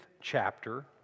chapter